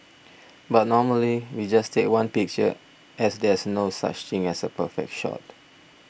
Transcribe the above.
but normally we just take one picture as there's no such thing as a perfect shot